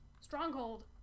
Stronghold